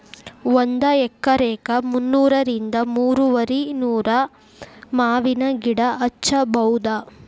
ಒಂದ ಎಕರೆಕ ಮುನ್ನೂರಿಂದ ಮೂರುವರಿನೂರ ಮಾವಿನ ಗಿಡಾ ಹಚ್ಚಬೌದ